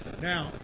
Now